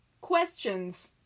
Questions